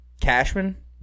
Cashman